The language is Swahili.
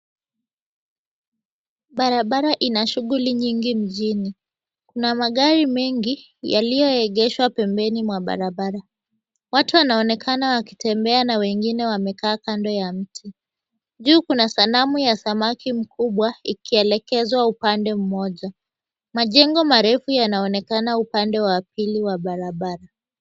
Barabara ina shughuli nyingi mjini. Kuna magari mengi yalioegeshwa pembeni mwa barabara. Watu wanaonekana wakitembea ma wengine wamekaa kando ya mti. Juu kuna sanamu ya samaki mkubwa ikielekezwa upande mmoja. Majengo marefu yanaonekana upande wa pili wa barabara.